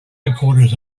headquarters